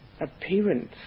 appearance